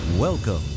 Welcome